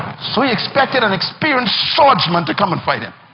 so he expected an experienced swordsman to come and fight him.